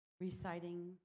reciting